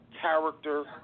character